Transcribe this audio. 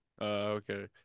Okay